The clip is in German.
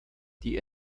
die